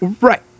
Right